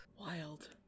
wild